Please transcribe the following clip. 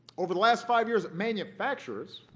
over the last five years, manufacturers